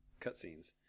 cutscenes